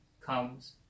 comes